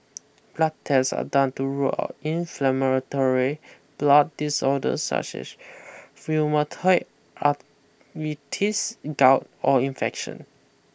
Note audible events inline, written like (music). blood test are done to rule out inflammatory blood disorders such as (noise) rheumatoid arthritis gout or infection